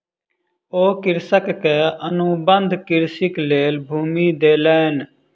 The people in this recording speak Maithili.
ओ कृषक के अनुबंध कृषिक लेल भूमि देलैन